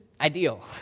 ideal